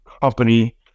company